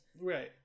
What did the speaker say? Right